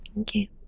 Okay